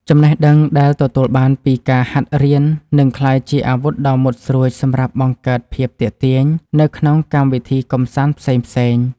ចំណេះដឹងដែលទទួលបានពីការហាត់រៀននឹងក្លាយជាអាវុធដ៏មុតស្រួចសម្រាប់បង្កើតភាពទាក់ទាញនៅក្នុងកម្មវិធីកម្សាន្តផ្សេងៗ។